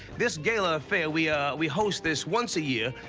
this gala affair, we, ah, we host this once a year.